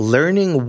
Learning